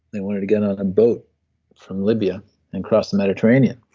they wanted to get on a boat from libya and cross the mediterranean,